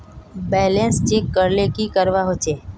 Balance check करले की करवा होचे?